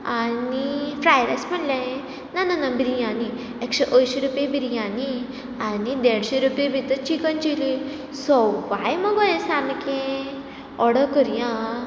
आनी fry rice म्हणलें हांयें ना ना ना बिरयानी एकशे अंयशीं रुपया बिरयानी आनी देडशे रुपये भितर चिकन चिली सवाय मुगो हें सामकें ऑर्डर करुया हा